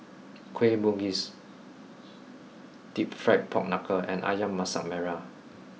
Kueh Bugis Deep Fried Pork Knuckle and Ayam Masak Merah